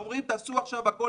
אומרים: תעשו עכשיו הכול,